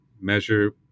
measure